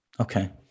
Okay